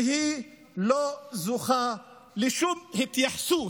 שלא זוכה לשום התייחסות